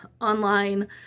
online